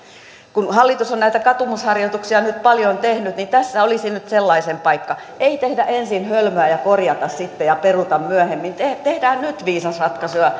kun hallitus on näitä katumusharjoituksia nyt paljon tehnyt niin tässä olisi nyt sellaisen paikka ei tehdä ensin hölmöä ja korjata sitten ja peruta myöhemmin tehdään nyt viisas ratkaisu ja